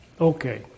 Okay